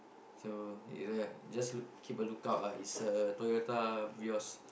so you lah just keep a lookout ah it's a Toyota-Vios